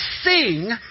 sing